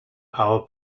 power